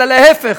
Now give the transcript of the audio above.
אלא להפך,